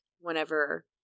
whenever